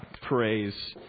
praise